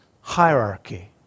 hierarchy